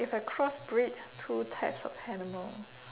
if I cross breed two types of animals